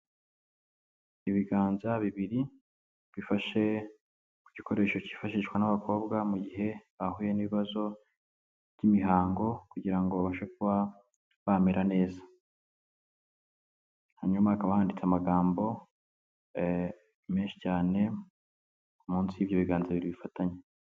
Ibiganza bibiri bifashe ku gikoresho cyifashishwa n'abakobwa mu gihe bahuye n'ibibazo by'imihango, kugira ngo babashe kuba bamera neza. Hanyuma hakaba handitse amagambo menshi cyane, munsi y'ibyo biganza bibiri bifatanye.